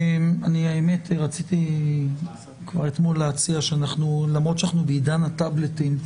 האמת שאני רציתי כבר אתמול להציע שלמרות שאנחנו בעידן הטאבלטים,